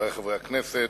חברי חברי הכנסת,